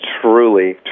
truly